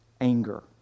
anger